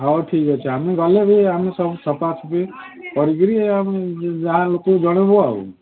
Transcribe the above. ହଉ ଠିକ୍ ଅଛି ଆମେ ଗଲେ ବି ଆମେ ସବୁ ସଫାସୁଫି କରିକିରି ଆମେ ଯାହା ଲୋକ ଜଣାଇବୁ ଆଉ